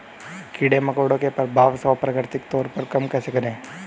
कीड़े मकोड़ों के प्रभाव को प्राकृतिक तौर पर कम कैसे करें?